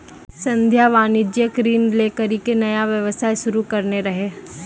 संध्या वाणिज्यिक ऋण लै करि के नया व्यवसाय शुरू करने रहै